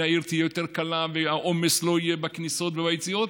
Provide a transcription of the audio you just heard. העיר תהיה יותר קלה והעומס לא יהיה בכניסות וביציאות,